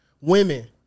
Women